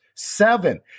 seven